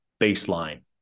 baseline